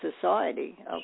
society